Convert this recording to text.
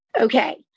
Okay